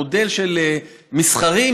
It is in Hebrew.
מודל מסחרי,